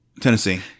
tennessee